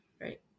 Right